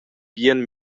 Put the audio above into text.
bien